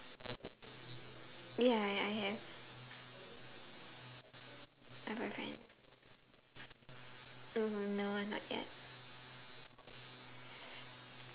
ya I have a boyfriend um no ah not yet